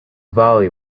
valley